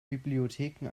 bibliotheken